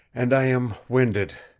and i am winded